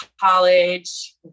college